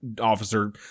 officer